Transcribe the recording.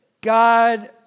God